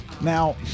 Now